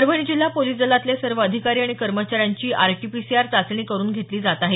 परभणी जिल्हा पोलिस दलातले सर्व अधिकारी आणि कर्मचाऱ्यांची आरटीपीसीआर चाचणी करून घेतली जात आहे